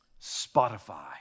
Spotify